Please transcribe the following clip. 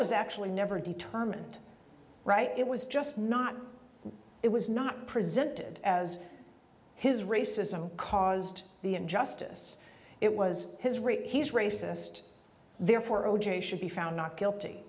was actually never determined it was just not it was not presented as his racism caused the injustice it was his race he's racist therefore o j should be found not guilty